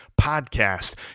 podcast